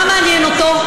מה מעניין אותו?